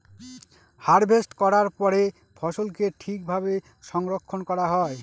harvest করার পরে ফসলকে ঠিক ভাবে সংরক্ষন করা হয়